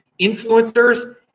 influencers